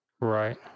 Right